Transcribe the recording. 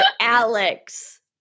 Alex